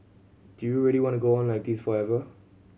do you really want to go on like this forever